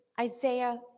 Isaiah